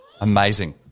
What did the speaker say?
Amazing